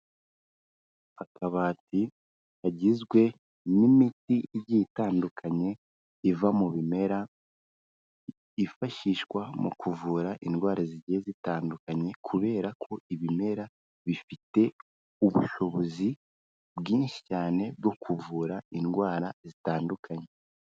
Akabati kagizwe n'imiti igiye itandukanye iva mu bimera yifashishwa mu kuvura indwara zigiye zitandukanye, kubera ko ibimera bifite ubushobozi bwinshi cyane bwo kuvura indwara zitandukanye.